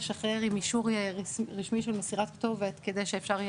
לשחרר עם אישור רשמי של מסירת כתובת כדי שאפשר יהיה